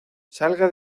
salga